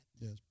Yes